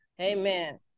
Amen